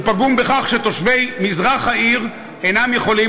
הוא פגום בכך שתושבי מזרח העיר אינם יכולים